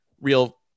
real